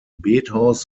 bethaus